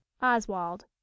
Oswald